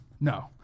no